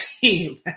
team